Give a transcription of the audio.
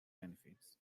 benefits